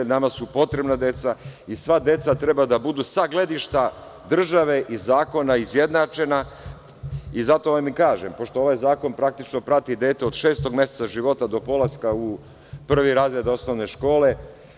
Nama su potrebna deca i sva deca treba da budu, sa gledišta države i zakona, izjednačena i zato i vam i kažem, pošto je ovaj zakon, praktično, prati dete od šestog meseca života do polaska u prvi razred osnovne škole.